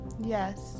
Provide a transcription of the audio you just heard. Yes